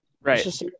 Right